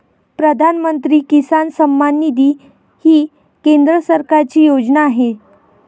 प्रधानमंत्री किसान सन्मान निधी ही केंद्र सरकारची योजना आहे